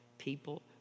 People